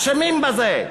אשמים בזה.